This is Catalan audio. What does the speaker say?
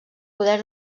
poder